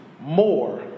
More